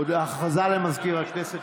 הודעה למזכיר הכנסת,